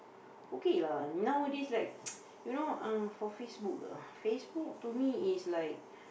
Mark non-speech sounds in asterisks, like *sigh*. okay lah nowadays like *noise* you know uh for Facebook ah Facebook to me is like